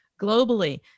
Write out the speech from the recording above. globally